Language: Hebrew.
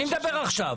אני מדבר עכשיו.